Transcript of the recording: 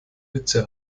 witze